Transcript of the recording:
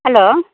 hello